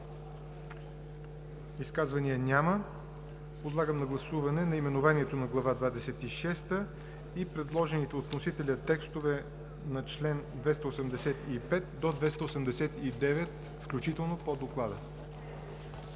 изказвания? Няма. Подлагам на гласуване наименованието на Глава двадесет и шеста и предложените от вносителя текстове на членове 285 до 289 включително по доклада.